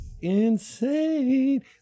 insane